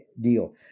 deal